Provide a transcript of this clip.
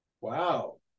Wow